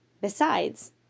Besides